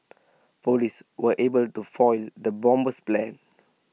Police were able to foil the bomber's plans